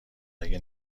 اگه